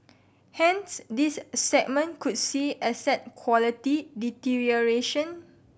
hence this segment could see asset quality deterioration